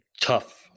tough